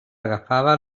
agafava